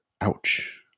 Ouch